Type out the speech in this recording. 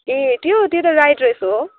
ए त्यो त्यो त राई ड्रेस हो